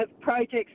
projects